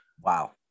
Wow